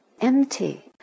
empty